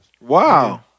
Wow